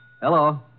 Hello